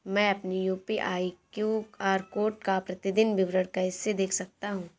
मैं अपनी UPI QR code का प्रतीदीन विवरण कैसे देख सकता हूँ?